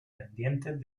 pendientes